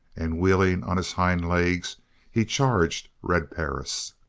and wheeling on his hind legs he charged red perris.